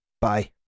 Bye